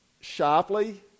sharply